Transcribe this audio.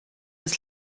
uns